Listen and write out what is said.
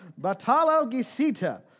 Batalogisita